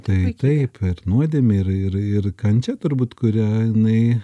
tai taip ir nuodėmė ir ir kančia turbūt kurią jinai